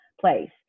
place